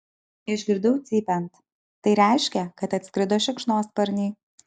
išgirdau cypiant tai reiškė kad atskrido šikšnosparniai